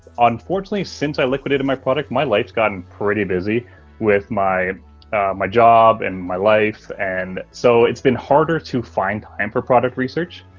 unfortunately, since i liquidated my product, my life got and pretty busy with my my job, and my life, and so it's been harder to find time for product research.